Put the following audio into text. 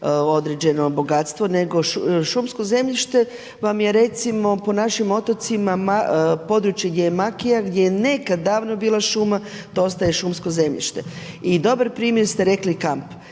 određeno bogatstvo nego šumsko zemljište vam je recimo po našim otocima područje gdje je makija, gdje je nekad davno bila šuma to ostaje šumsko zemljište. I dobar primjer ste rekli kamp.